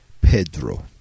Pedro